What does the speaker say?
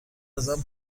ازم